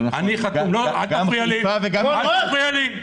לא נכון, גם חיפה וגם --- אל תפריע לי.